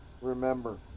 Remember